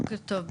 בוקר טוב,